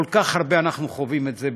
כל כך הרבה אנחנו חווים את זה בעוטף-עזה,